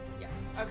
Yes